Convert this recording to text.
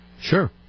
Sure